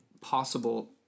possible